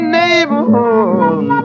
neighborhood